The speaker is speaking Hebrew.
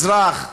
אזרח,